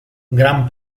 gran